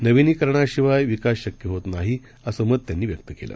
नवीनीकरणाशिवायविकासशक्यहोतनाही असंमतत्यांनीव्यक्तकेलं